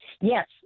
Yes